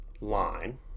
line